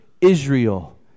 Israel